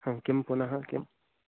किं पुनः किं